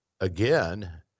again